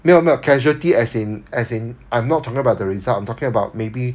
没有没有 casualty as in as in I'm not talking about the result I'm talking about maybe